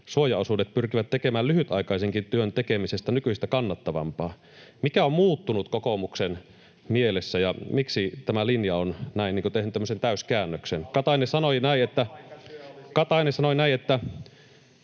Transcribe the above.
suojaosuudet pyrkivät tekemään lyhytaikaisenkin työn tekemisestä nykyistä kannattavampaa. Mikä on muuttunut kokoomuksen mielessä, ja miksi tämä linja on tehnyt tämmöisen täyskäännöksen? Katainen sanoi näin: